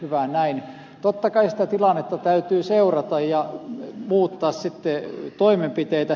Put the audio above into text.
totta kai sitä tilannetta täytyy seurata ja muuttaa sitten toimenpiteitä